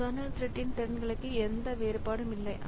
இந்த கர்னல் த்ரெட்ன் திறன்களுக்கு எந்த வேறுபாடும் இல்லை